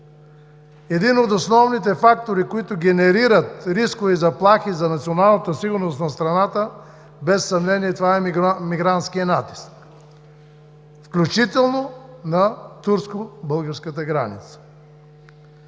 Един от основните фактори, които генерират рискове и заплахи за националната сигурност на страната, без съмнение e мигрантският натиск, включително на българо-турската граница.